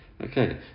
Okay